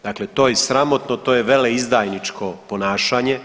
Dakle to je sramotno, to je veleizdajničko ponašanje.